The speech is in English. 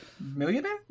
Millionaire